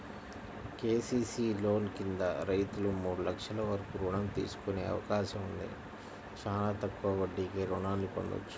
KCC loan కింద రైతులు మూడు లక్షల వరకు రుణం తీసుకునే అవకాశం ఉంది, చానా తక్కువ వడ్డీకే రుణాల్ని పొందొచ్చు